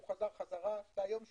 הוא חזר, זה היום 30,